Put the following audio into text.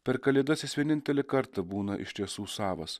per kalėdas jis vienintelį kartą būna iš tiesų savas